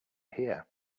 here